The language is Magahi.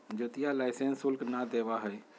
ज्योतिया लाइसेंस शुल्क ना देवा हई